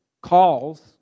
calls